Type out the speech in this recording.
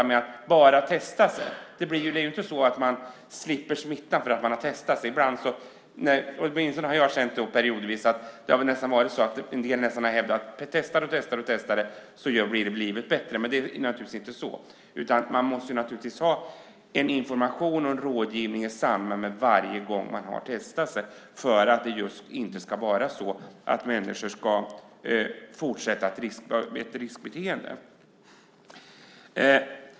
Man slipper ju inte smittan bara för att man testar sig. Ibland tycker jag att det verkar som att en del skulle tro att livet blir bättre bara man testar sig, men det är naturligtvis inte så. Man måste också ha information och rådgivning i samband med varje testtillfälle, för att människor inte ska fortsätta ett riskbeteende.